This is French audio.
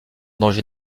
danger